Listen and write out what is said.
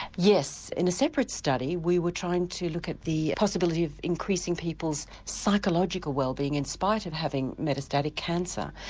yes, in a separate study we were trying to look at the possibility of increasing people's psychological wellbeing in spite of having metastatic cancer.